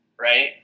right